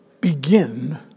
begin